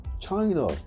China